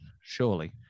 surely